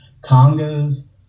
congas